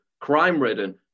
crime-ridden